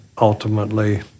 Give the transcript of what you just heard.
ultimately